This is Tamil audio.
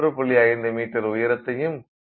5 மீட்டர் உயரத்தையும் கொண்டுள்ளதாய் கருதுவோம்